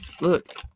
Look